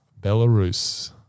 Belarus